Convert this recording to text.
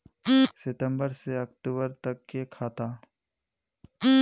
सितम्बर से अक्टूबर तक के खाता?